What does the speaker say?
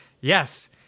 yes